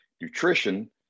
nutrition